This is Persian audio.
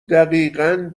دقیقا